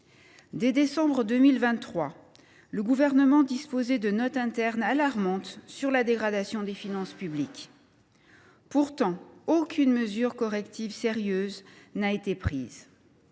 Dès décembre 2023, le Gouvernement disposait de notes internes alarmantes sur la dégradation des finances publiques. Pourtant, aucune mesure corrective sérieuse n’a été prise.